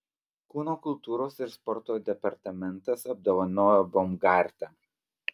kūno kultūros ir sporto departamentas apdovanojo baumgartę